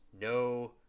no